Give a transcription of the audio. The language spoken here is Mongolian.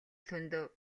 лхүндэв